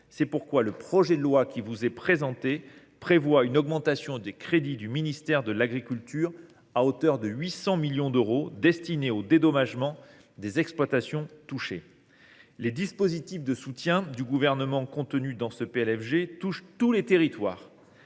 C’est pourquoi le projet de loi qui vous est présenté prévoit une augmentation des crédits du ministère de l’agriculture, à hauteur de 800 millions d’euros, destinée au dédommagement des exploitants touchés. Les dispositifs de soutien du Gouvernement contenus dans ce PLFG touchent tous les territoires.